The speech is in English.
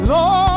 Lord